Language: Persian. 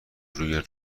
روی